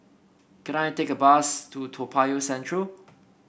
can I take a bus to Toa Payoh Central